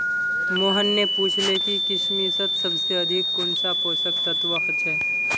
मोहन ने पूछले कि किशमिशत सबसे अधिक कुंन सा पोषक तत्व ह छे